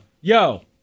Yo